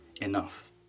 enough